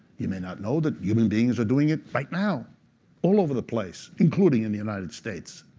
you may not know that human beings are doing it right now all over the place, including in the united states.